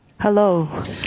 Hello